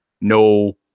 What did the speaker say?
no